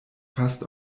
fast